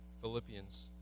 Philippians